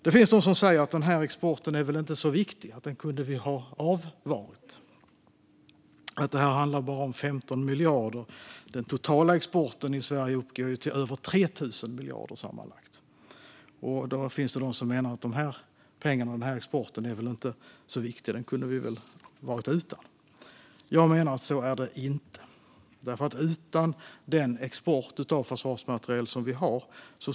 Det finns de som säger att den här exporten inte är särskilt viktig, att vi kunde ha avvarat den. De säger att det bara gäller 15 miljarder. Den totala exporten i Sverige uppgår ju till över 3 000 miljarder sammanlagt. Då finns det de som menar att pengarna från den här exporten inte är så viktiga och att vi kunde ha varit utan den exporten. Jag menar att det inte är så.